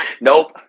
Nope